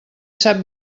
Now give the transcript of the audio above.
sap